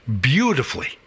beautifully